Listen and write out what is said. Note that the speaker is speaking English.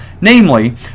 Namely